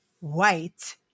white